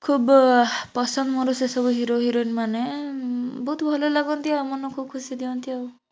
ଖୁବ ପସନ୍ଦ ମୋର ସେସବୁ ହିରୋ ହିରୋଇନ୍ ମାନେ ବହୁତ ଭଲ ଲାଗନ୍ତି ଆଉ ମନକୁ ଖୁସି ଦିଅନ୍ତି ଆଉ